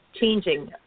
changing